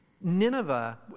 Nineveh